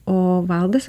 o valdas